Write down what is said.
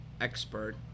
expert